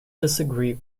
disagree